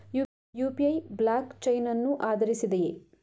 UPI blockchain ಅನ್ನು ಆಧರಿಸಿದೆಯೇ?